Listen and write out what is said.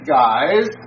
guys